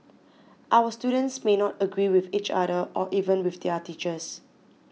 our students may not agree with each other or even with their teachers